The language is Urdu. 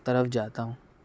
طرف جاتا ہوں